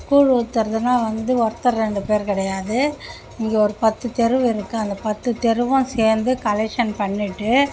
கூழ் ஊற்றுறதுனா வந்து ஒருத்தர் ரெண்டு பேர் கிடையாது இங்கே ஒரு பத்து தெரு இருக்குது அந்த பத்து தெருவும் சேர்ந்து கலெக்க்ஷன் பண்ணிவிட்டு